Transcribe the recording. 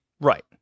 Right